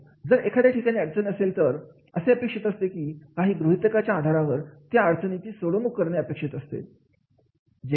जर एखाद्या ठिकाणी अडचण असेल तर असे अपेक्षित असते की काही गृहीतक च्या आधारावर त्या अडचणींची सोडवणूक करणे अपेक्षित असते